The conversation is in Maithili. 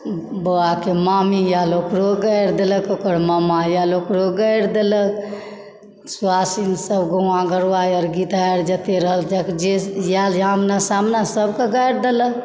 बौआके मामी आयल ओकरो गारि देलक ओकर माॅं आयल ओकरो गारि देलक सुहासिन सब गौआँ घरके गीत गारि जते रहल जे से आयल सामने सबके गारि देलक